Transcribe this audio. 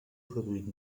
produït